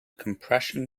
compression